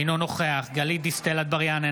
אינו נוכח גלית דיסטל אטבריאן,